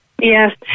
Yes